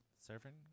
servant